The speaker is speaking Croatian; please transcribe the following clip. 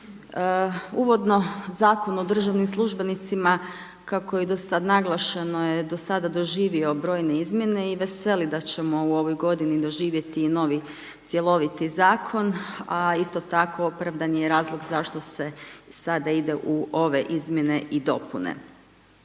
Uvodno, Zakon o državnim službenicima, kako je i do sad naglašeno je do sada doživio brojne izmjene i veseli da ćemo u ovoj godini doživjeti i novi cjeloviti Zakon, a isto tako opravdan je razlog zašto se sada ide u ove izmjene i dopune.